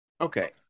Okay